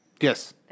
yes